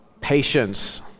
patience